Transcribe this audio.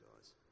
guys